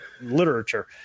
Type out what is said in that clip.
literature